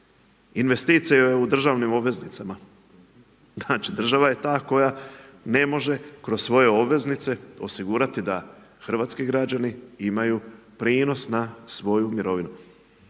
investicija je u državnim obveznicama. Znači država je ta koja ne može kroz svoje obveznice osigurati da hrvatski građani imaju prinos na svoju mirovinu.